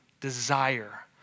desire